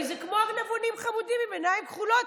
כי זה כמו ארנבונים חמודים עם עיניים כחולות.